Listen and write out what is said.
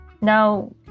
Now